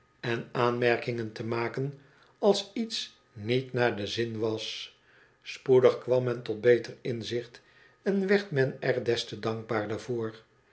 en aanmerkingen te maken als iets niet naar den zin was spoedig kwam men tot beter inzicht en werd men er des te dankbaarder